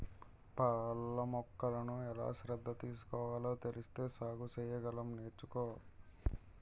పళ్ళ మొక్కలకు ఎలా శ్రద్ధ తీసుకోవాలో తెలిస్తే సాగు సెయ్యగలం నేర్చుకో